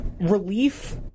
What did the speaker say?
relief